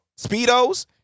Speedos